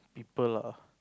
people lah